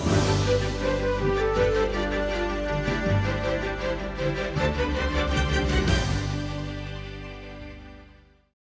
Дякую